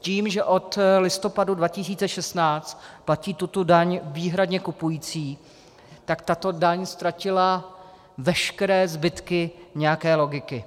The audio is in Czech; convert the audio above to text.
Tím, že od listopadu 2016 platí tuto daň výhradně kupující, tato daň ztratila veškeré zbytky nějaké logiky.